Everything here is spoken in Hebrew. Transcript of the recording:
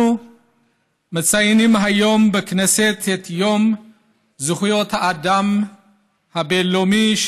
אנחנו מציינים היום בכנסת את יום זכויות האדם הבין-לאומי,